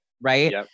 Right